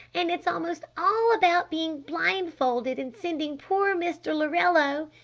and it's almost all about being blindfolded and sending poor mr. lorello